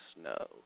Snow